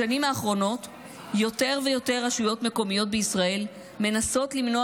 בשנים האחרונות יותר ויותר רשויות מקומיות בישראל מנסות למנוע